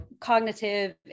cognitive